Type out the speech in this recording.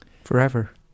Forever